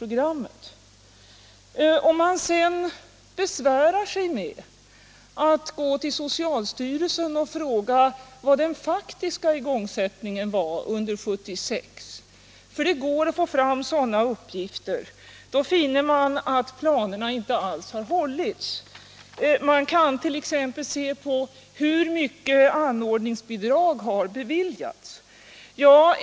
Om man sedan besvärar sig med att gå till socialstyrelsen och fråga vad den faktiska igångsättningen var under 1976 — för det går att få fram sådana uppgifter — finner man att planerna inte alls har hållits. Man kan t.ex. se på hur mycket anordningsbidrag som har beviljats.